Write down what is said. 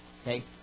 Okay